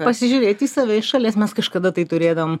pasižiūrėti į save iš šalies mes kažkada tai turėdavome